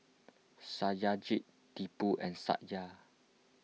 Satyajit Tipu and Satya